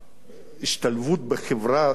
השתלבות בחברה דרך הצבא,